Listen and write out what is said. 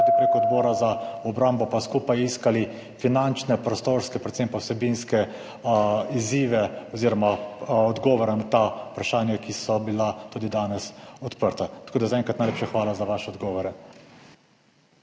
in Odbora za obrambo skupaj iskali finančne, prostorske, predvsem pa vsebinske izzive oziroma odgovore na ta vprašanja, ki so bila danes odprta. Zaenkrat najlepša hvala za vaše odgovore.